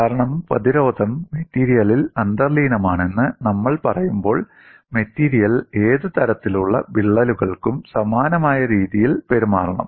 കാരണം പ്രതിരോധം മെറ്റീരിയലിൽ അന്തർലീനമാണെന്ന് നമ്മൾ പറയുമ്പോൾ മെറ്റീരിയൽ ഏത് തരത്തിലുള്ള വിള്ളലുകൾക്കും സമാനമായ രീതിയിൽ പെരുമാറണം